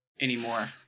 anymore